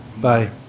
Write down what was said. Bye